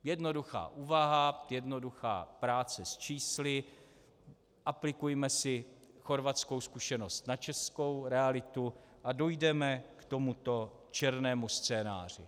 Jednoduchá úvaha, jednoduchá práce s čísly, aplikujme si chorvatskou zkušenost na českou realitu a dojdeme k tomuto černému scénáři.